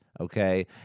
okay